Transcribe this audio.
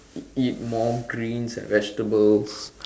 eat eat more greens and vegetables